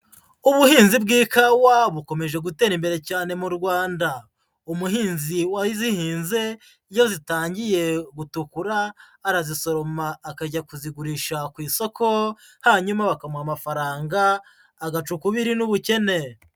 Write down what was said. Ubuhinzi bw'ikawa bukomeje gutera imbere cyane mu Rwanda, umuhinzi wazihinze iyo zitangiye gutukura arazisoroma akajya kuzigurisha ku isoko, hanyuma bakamuha amafaranga agaca ukubiri n'ubukene.